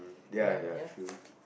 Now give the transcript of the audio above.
ya ya true